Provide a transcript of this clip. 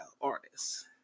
Artists